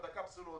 את הקפסולות,